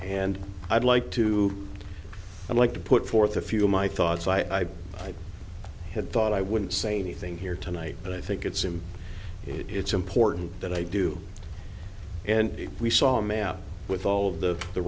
and i'd like to i'd like to put forth a few of my thoughts i had thought i wouldn't say anything here tonight but i think it's him it's important that i do and we saw a man with all of the the